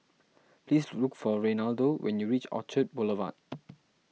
please look for Reynaldo when you reach Orchard Boulevard